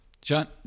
John